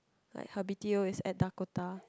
like her b_t_o is at Dakota